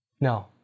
No